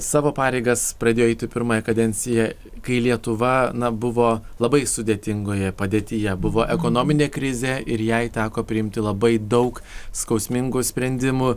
savo pareigas pradėjo eiti pirmąją kadenciją kai lietuva na buvo labai sudėtingoje padėtyje buvo ekonominė krizė ir jai teko priimti labai daug skausmingų sprendimų